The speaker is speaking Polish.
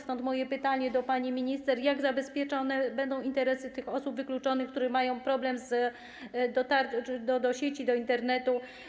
Stąd moje pytanie do pani minister: Jak zabezpieczone będą interesy tych osób wykluczonych, które mają problem z dotarciem do sieci, do Internetu?